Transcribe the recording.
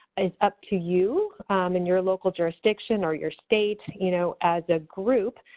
is up to you in your local jurisdiction or your state, you know, as a group.